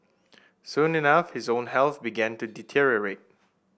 soon enough his own health began to deteriorate